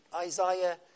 Isaiah